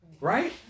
Right